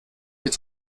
wird